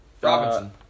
Robinson